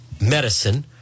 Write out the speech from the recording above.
medicine